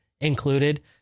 included